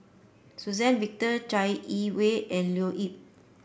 Suzann Victor Chai Yee Wei and Leo Yip